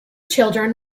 children